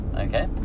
okay